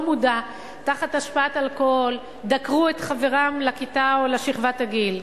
מודע תחת השפעת אלכוהול דקרו את חברם לכיתה או לשכבת הגיל,